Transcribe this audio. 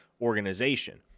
organization